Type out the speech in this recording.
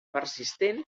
persistent